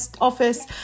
office